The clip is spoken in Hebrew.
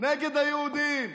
נגד היהודים,